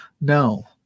No